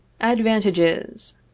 ADVANTAGES